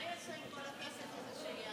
מה ייעשה עם כל הכסף הזה שייאסף?